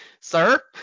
sir